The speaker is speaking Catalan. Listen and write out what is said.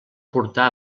portar